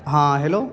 ہاں ہیلو